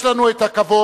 יש לנו הכבוד